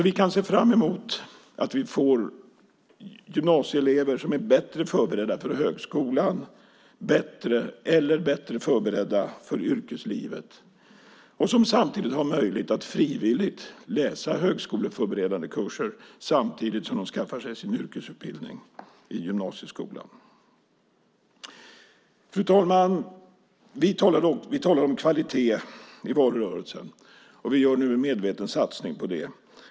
Vi kan se fram emot att vi får gymnasieelever som är bättre förberedda för högskolan eller bättre förberedda för yrkeslivet och som samtidigt har möjlighet att frivilligt läsa högskoleförberedande kurser samtidigt som de skaffar sig sin yrkesutbildning i gymnasieskolan. Fru talman! Vi talade om kvalitet i valrörelsen. Vi gör nu en medveten satsning på det.